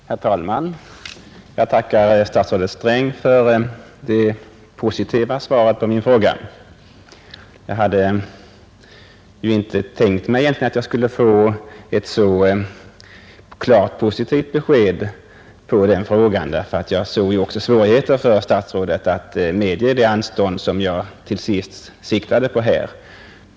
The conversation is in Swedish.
Herr talman! Jag tackar finansministern för det positiva svaret på min fråga. Jag hade ju inte föreställt mig att jag skulle få ett så klart positivt besked, ty jag insåg också svårigheterna för finansministern att medge det anstånd som jag ytterst siktade på.